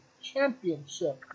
Championship